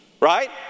Right